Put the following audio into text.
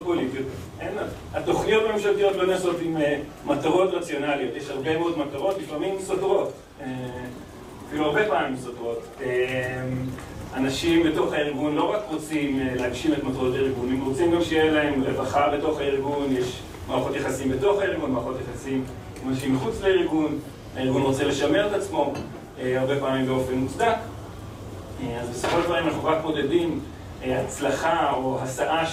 התוכניות הממשלתיות לא נעשות עם מטרות רציונליות, יש הרבה מאוד מטרות, לפעמים סותרות, אפילו הרבה פעמים סותרות, אנשים בתוך הארגון לא רק רוצים להגשים את מטרות הארגונים, רוצים גם שיהיה להם רווחה בתוך הארגון, יש מערכות יחסים בתוך הארגון, מערכות יחסים עם אנשים מחוץ לארגון הארגון רוצה לשמר את עצמו, הרבה פעמים באופן מוצדק אז בסופו של דבר אם אנחנו רק מודדים הצלחה או..